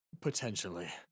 potentially